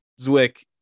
Zwick